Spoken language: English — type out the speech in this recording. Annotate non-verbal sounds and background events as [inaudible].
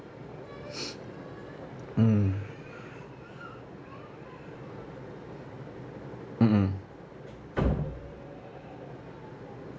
[noise] mm mm mm